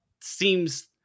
seems